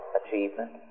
achievement